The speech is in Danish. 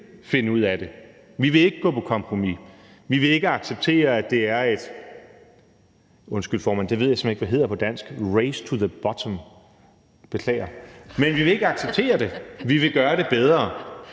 finde ud af det. Vi vil ikke gå på kompromis, vi vil ikke acceptere, at det er et – undskyld, formand, det ved jeg simpelt hen ikke hvad hedder på dansk – race to the bottom. Beklager. Men vi vil ikke acceptere det. Vi vil gøre det bedre.